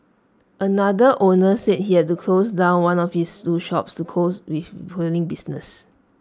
another owner said he had to close down one of his two shops to cause with failing business